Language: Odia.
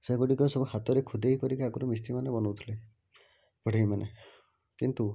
ସେଗୁଡ଼ିକ ସବୁ ହାତରେ ଖୁଦେଇ କରିକି ଆଗରୁ ମିସ୍ତ୍ରୀମାନେ ବନାଉଥିଲେ ବଢ଼େଇମାନେ କିନ୍ତୁ